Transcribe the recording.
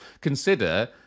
consider